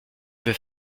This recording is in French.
veux